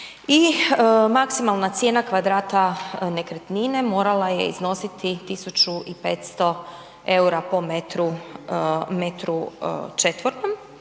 i maksimalna cijena kvadrata nekretnine morala je iznositi 1500 eura po m2 i subvencija